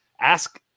ask